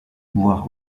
voir